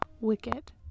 Wicked